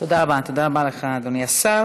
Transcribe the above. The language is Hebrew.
תודה רבה לך, אדוני השר.